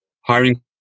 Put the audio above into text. hiring